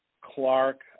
Clark